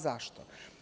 Zašto?